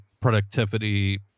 productivity